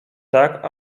tak